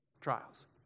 Trials